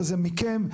מכם,